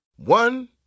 One